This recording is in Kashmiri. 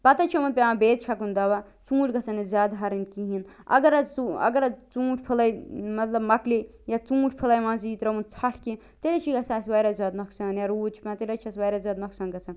پتہٕ حظ چھُ یِمن پیٚوان بیٚیہِ چھَکُن دوا ژوٗنٛٹھۍ گژھیٚن نہٕ زیادٕ ہَرٕنۍ کِہیٖنۍ اگر حظ ژوٗ اگر حظ ژوٗنٛٹھۍ فٕلٔے مطلب مۄکلے یا ژوٗنٛٹھۍ فِلٔے منٛزٕے ترٛٲوٕن ژھَٹھ کیٚنٛہہ تیٚلہِ حظ چھُ یہِ گَژھان اسہِ وارِیاہ زیادٕ نۄقصان یا روٗد چھُ پیٚوان تیٚلہِ حظ اسہِ وارِیاہ زیادٕ نۄقصان یا روٗد چھُ پیٚوان تیٚلہِ حظ چھِ أسۍ وارِیاہ زیادٕ نۄقصان گَژھان